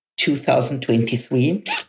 2023